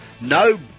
No